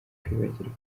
kwibagirwa